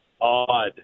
Odd